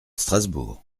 strasbourg